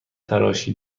تراشی